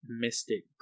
mystic